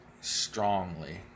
strongly